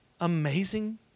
amazing